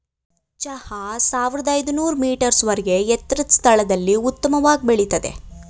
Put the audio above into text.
ಚಹಾ ಸಾವಿರ್ದ ಐನೂರ್ ಮೀಟರ್ಸ್ ವರ್ಗೆ ಎತ್ತರದ್ ಸ್ಥಳದಲ್ಲಿ ಉತ್ತಮವಾಗ್ ಬೆಳಿತದೆ